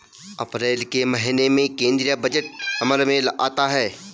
अप्रैल के महीने में केंद्रीय बजट अमल में आता है